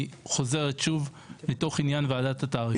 היא חוזרת שוב מתוך עניין ועדת התעריפים.